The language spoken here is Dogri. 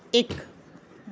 इक